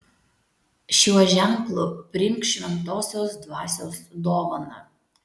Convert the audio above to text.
šiuo ženklu priimk šventosios dvasios dovaną